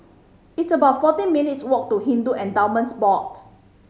it's about fourteen minutes' walk to Hindu Endowments Board